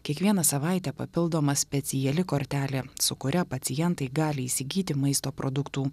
kiekvieną savaitę papildoma speciali kortelė su kuria pacientai gali įsigyti maisto produktų